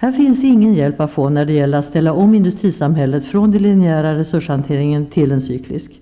Här finns ingen hjälp att få när det gäller att ställa om industrisamhället från den linjära resurshanteringen till en cyklisk.